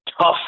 tough